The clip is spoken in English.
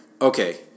okay